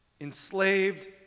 enslaved